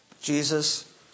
Jesus